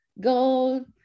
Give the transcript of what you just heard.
gold